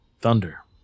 Thunder